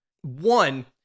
one